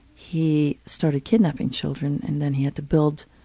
he started kidnapping children. and then he had to build